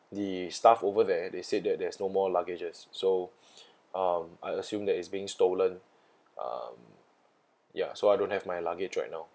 the staff over there they said that there's no more luggages so um I assume that it's being stolen um ya so I don't have my luggage right now